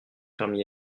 parmi